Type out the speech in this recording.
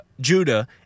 Judah